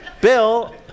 Bill